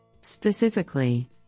Specifically